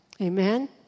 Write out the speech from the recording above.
Amen